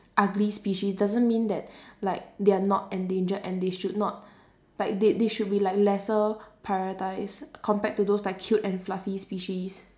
ugly species doesn't mean that like they are not endangered and they should not like they they should be like lesser prioritised compared to those like cute and fluffy species